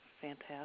fantastic